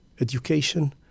education